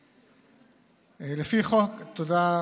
תודה,